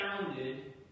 founded